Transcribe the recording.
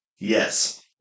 Yes